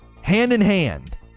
Hand-in-hand